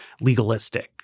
legalistic